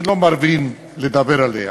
שלא מרבים לדבר עליה.